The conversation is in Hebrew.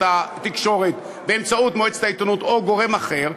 התקשורת באמצעות מועצת העיתונות או גורם אחר,